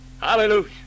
Hallelujah